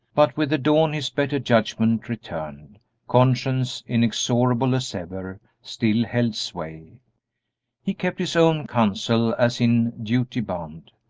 but with the dawn his better judgment returned conscience, inexorable as ever, still held sway he kept his own counsel as in duty bound,